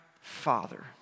Father